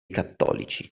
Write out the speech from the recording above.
cattolici